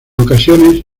ocasiones